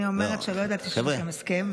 אני אומרת שלא ידעתי שיש לכם הסכם.